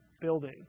building